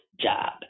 job